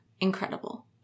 incredible